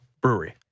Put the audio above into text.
Brewery